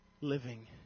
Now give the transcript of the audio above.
Living